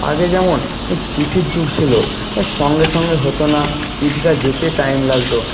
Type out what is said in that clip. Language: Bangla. আগে যেমন চিঠির যুগ ছিল সঙ্গে সঙ্গে হতো না চিঠিটা যেতে টাইম লাগতো